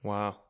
Wow